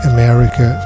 America